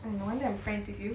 and no wonder I'm friends with you